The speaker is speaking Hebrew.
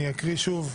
אני אקריא שוב: